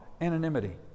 anonymity